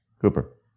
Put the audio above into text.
Cooper